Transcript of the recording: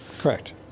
Correct